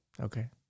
Okay